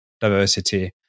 diversity